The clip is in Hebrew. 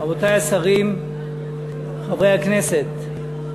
רבותי השרים, חברי הכנסת,